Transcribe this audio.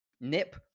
Nip